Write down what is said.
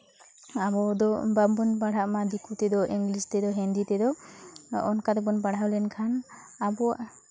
ᱟᱵᱚ ᱫᱚ ᱵᱟᱵᱚᱱ ᱯᱟᱲᱦᱟᱜᱼᱢᱟ ᱫᱤᱠᱩ ᱛᱮᱫᱚ ᱤᱝᱞᱤᱥ ᱛᱮᱫᱚ ᱦᱤᱱᱫᱤ ᱛᱮᱫᱚ ᱚᱱᱠᱟ ᱛᱮᱵᱚᱱ ᱯᱟᱲᱦᱟᱣ ᱞᱮᱱᱠᱷᱟᱱ ᱟᱵᱚᱣᱟᱜ